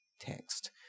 text